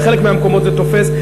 בחלק מהמקומות זה תופס,